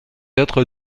être